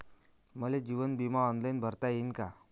मले जीवन बिमा ऑनलाईन भरता येईन का?